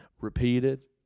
repeated